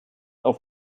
auf